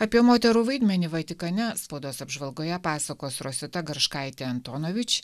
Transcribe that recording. apie moterų vaidmenį vatikane spaudos apžvalgoje pasakos rosita garškaitė antonovič